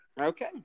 Okay